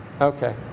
Okay